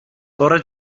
bore